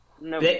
No